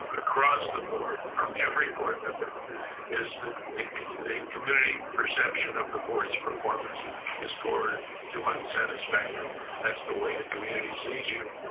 ah across the board from every board member is the the community perception of the board's performance is poor to unsatisfactory. that's the way the community sees you.